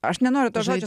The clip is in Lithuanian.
aš nenoriu to žodžio